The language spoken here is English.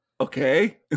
Okay